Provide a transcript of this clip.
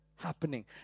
happening